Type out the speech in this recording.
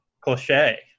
cliche